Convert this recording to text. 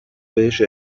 بهش